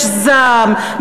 יש זעם,